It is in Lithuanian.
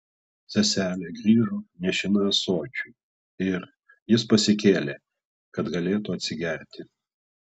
seselė grįžo nešina ąsočiu ir jis pasikėlė kad galėtų atsigerti